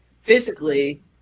physically